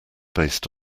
based